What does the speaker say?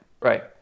Right